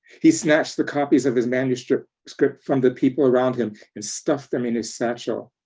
he snatched the copies of his manuscript script from the people around him and stuffed them in his satchel.